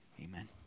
Amen